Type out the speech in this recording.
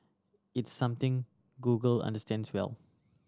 it's something Google understands well